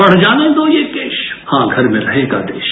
बढ़ जाने दो ये केश हां घर में रहेगा देश